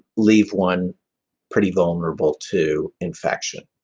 leave one pretty vulnerable to infection.